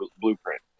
blueprint